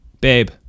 babe